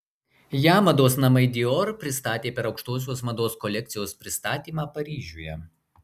ją mados namai dior pristatė per aukštosios mados kolekcijos pristatymą paryžiuje